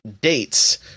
dates